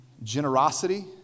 Generosity